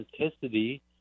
authenticity